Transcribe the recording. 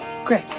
Great